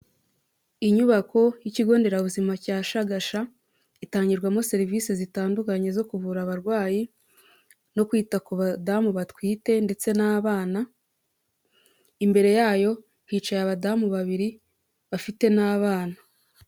Inyubako y'ikigonderabuzima cya Shagasha itangirwamo serivisi zitandukanye zo kuvura abarwayi no kwita ku badamu batwite ndetse n'abana, imbere yayo hicaye abadamu babiri bafite n'abana.